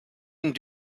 and